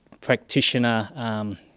Practitioner